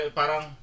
parang